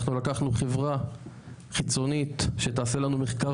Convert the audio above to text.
אנחנו לקחנו חברה חיצונית שתעשה לנו מחקר